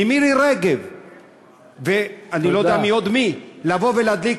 ממירי רגב ואני לא יודע עוד ממי, לבוא ולהדליק.